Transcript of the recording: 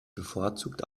bevorzugt